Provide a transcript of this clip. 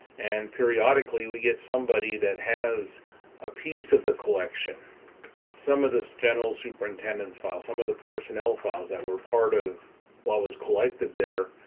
and periodically we get somebody that has a piece of the collection some of the general superintendent's file, some of the personnel files that were part of what was collected there,